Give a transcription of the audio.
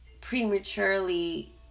prematurely